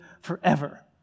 forever